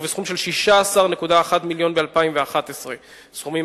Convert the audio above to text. ובסכום של 16.1 מיליון בשנת 2011. סכומים